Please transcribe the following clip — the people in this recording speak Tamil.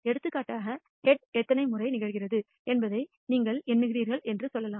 எடுத்துக்காட்டாக ஹெட் எத்தனை முறை நிகழ்கிறது என்பதை நீங்கள் எண்ணுகிறீர்கள் என்று சொல்லலாம்